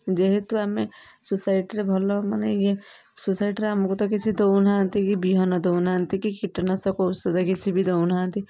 ଯେହେତୁ ଆମେ ସୋସାଇଟିରେ ଭଲ ମାନେ ଇଏ ସୋସାଇଟିରେ ଆମକୁ ତ କିଛି ଦଉନାହାଁନ୍ତି କି ବିହନ ଦଉନାହାଁନ୍ତି କି କୀଟନାଶକ ଔଷଧ କିଛି ବି ଦଉନାହାଁନ୍ତି